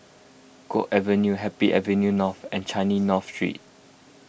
Guok Avenue Happy Avenue North and Changi North Street